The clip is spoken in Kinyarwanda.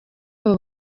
aba